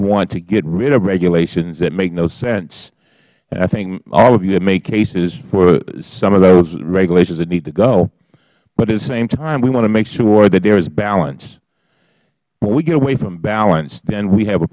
want to get rid of regulations that make no sense and i think all of you have made cases for some of those regulations that need to go but at the same time we want to make sure that there is balance when we get away from balance then we have a